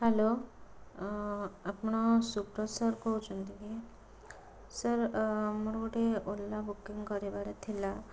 hello ଅ ଆପଣ Subrata sir କହୁଛନ୍ତି କି ସାର୍ ଅ ମୋର ଗୋଟେ ଓଲା ବୁକିଙ୍ଗ କରିବାର ଥିଲା